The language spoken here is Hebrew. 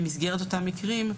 במסגרת אותם מקרים,